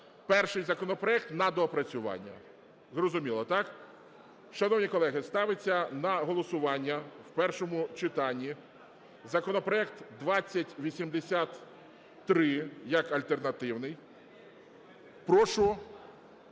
перший законопроект на доопрацювання. Зрозуміло, так? Шановні колеги, ставиться на голосування в першому читанні законопроект 2083 як альтернативний. Готові